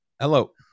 hello